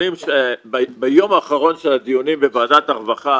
ביום האחרון של הדיונים בוועדת הרווחה